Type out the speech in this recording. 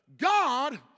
God